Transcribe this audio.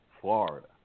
Florida